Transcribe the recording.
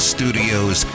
Studios